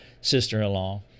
sister-in-law